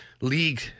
league